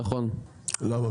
למה?